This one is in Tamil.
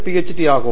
பேராசிரியர் ஜி